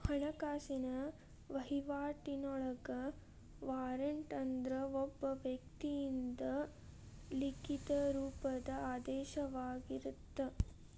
ಹಣಕಾಸಿನ ವಹಿವಾಟಿನೊಳಗ ವಾರಂಟ್ ಅಂದ್ರ ಒಬ್ಬ ವ್ಯಕ್ತಿಯಿಂದ ಲಿಖಿತ ರೂಪದ ಆದೇಶವಾಗಿರತ್ತ